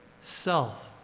self